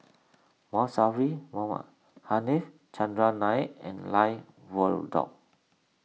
Saffri Manaf Chandran Nair and